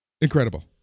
incredible